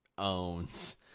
owns